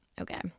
Okay